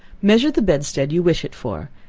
measure the bedstead you wish it for,